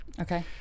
Okay